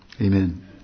Amen